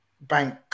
bank